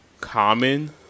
Common